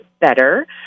better